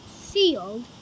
sealed